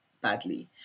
badly